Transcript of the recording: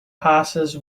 passes